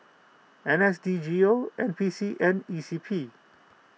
N S D G O N P C and E C P